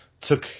took